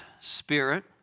spirit